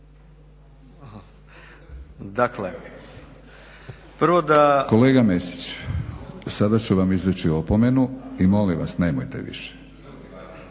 Milorad (HNS)** Kolega Mesić, sada ću vam izreći opomenu i molim vas nemojte više.